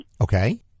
Okay